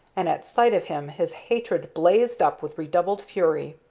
and at sight of him his hatred blazed up with redoubled fury.